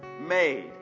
made